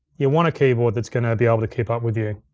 you'll want a keyboard that's gonna be able to keep up with you.